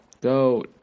go